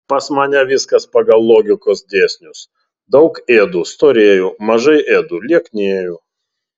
pas mane viskas pagal logikos dėsnius daug ėdu storėju mažai ėdu lieknėju